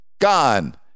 gone